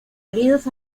heridos